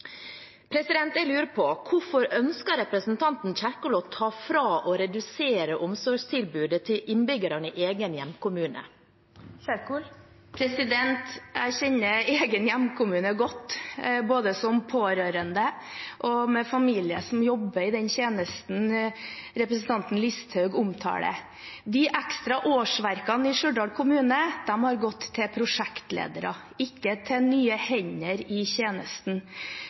Jeg lurer på: Hvorfor ønsker representanten Kjerkol å ta fra og redusere omsorgstilbudet til innbyggerne i egen hjemkommune? Jeg kjenner egen hjemkommune godt, både som pårørende og med familie som jobber i den tjenesten representanten Listhaug omtaler. De ekstra årsverkene i Stjørdal kommune har gått til prosjektledere, ikke til nye hender i tjenesten.